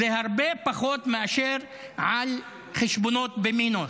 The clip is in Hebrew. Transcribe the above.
זה הרבה פחות מאשר על החשבונות במינוס.